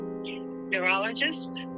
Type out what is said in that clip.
neurologist